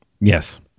Yes